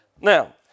Now